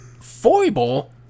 foible